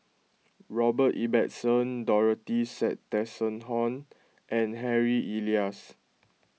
Robert Ibbetson Dorothy Tessensohn and Harry Elias